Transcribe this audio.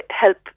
help